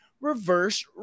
reverse